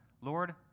Lord